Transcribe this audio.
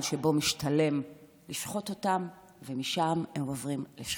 שבו משתלם לשחוט אותם ומשם הם עוברים לשחיטה.